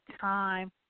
time